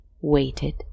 waited